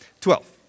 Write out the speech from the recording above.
Twelve